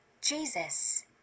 Jesus